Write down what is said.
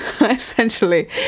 essentially